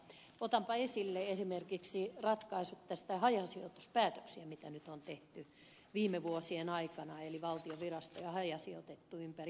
mutta otanpa esille esimerkiksi ratkaisut hajasijoituspäätöksistä joita on tehty viime vuosien aikana eli valtion virastoja on hajasijoitettu ympäri maata